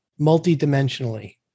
multidimensionally